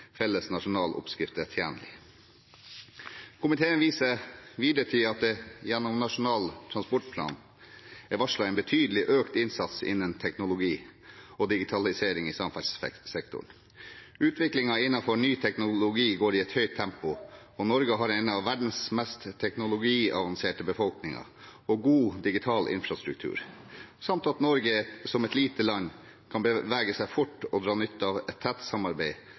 felles nasjonal oppskrift er tjenlig. Komiteen viser videre til at det gjennom Nasjonal transportplan er varslet en betydelig økt innsats innen teknologi og digitalisering i samferdselssektoren. Utviklingen innen ny teknologi skjer i et høyt tempo, og Norge har en av verdens mest teknologiavanserte befolkninger og god digital infrastruktur, samt at Norge som et lite land kan bevege seg fort og dra nytte av et tett samarbeid